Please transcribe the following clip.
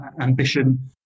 ambition